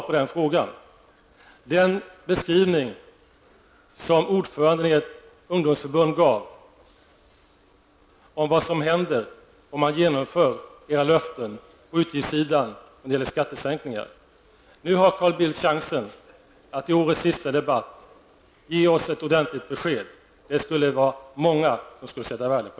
Sedan gäller det den beskrivning som ordföranden i ert ungdomsförbund gav av vad som kommer att hända om man förverkligar era löften på utgiftssidan när det gäller skattesänkningar. Nu har Carl Bildt chans att i årets sista debatt ge oss ett ordentligt besked, något som många skulle sätta värde på.